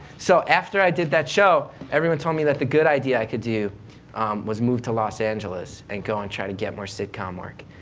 so after i did that show, every one told me that the good idea i could do was to move to los angeles, and go and try to get more sitcom work.